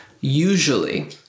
usually